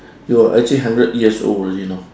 you are actually hundred years old already you know